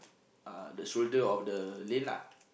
uh the shoulder of the lane lah